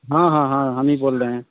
हाँ हाँ हाँ हम ही बोल रहे हैं